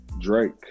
Drake